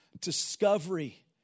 Discovery